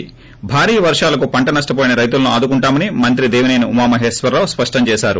ప్రభారీ వర్షాలకు పంట నష్షపోయిన రైతులను ఆదుకుంటామని మంత్రి దేవిసేని ఉమమహేశ్వరరావు స్పష్టం చేశారు